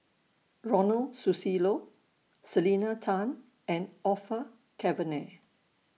Ronald Susilo Selena Tan and Orfeur Cavenagh